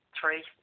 three